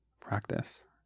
practice